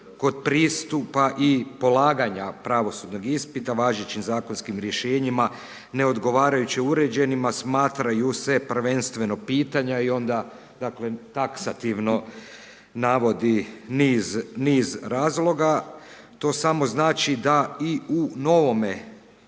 kod pristupa i polaganja pravosudnog ispita važećim zakonskim rješenjima neodgovarajuće uređenima smatraju se prvenstveno pitanja i onda dakle taksativno navodi niz razloga. To samo znači da i u novome